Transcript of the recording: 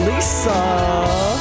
Lisa